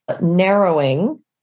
narrowing